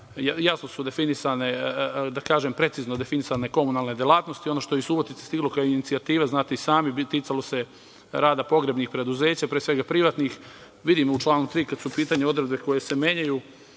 zakonom su jasno i precizno definisane komunalne delatnosti. Ono što je iz Subotice stiglo kao inicijativa, znate i sami, ticalo se rada pogrebnih preduzeća, pre svega privatnih. U članu 3. vidimo, kada su u pitanju odredbe koje se menjaju